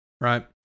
Right